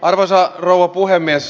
arvoisa rouva puhemies